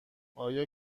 آیا